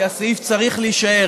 כי הסעיף צריך להישאר,